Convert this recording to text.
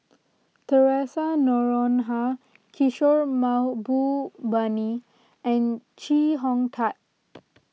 theresa Noronha Kishore Mahbubani and Chee Hong Tat